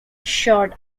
assured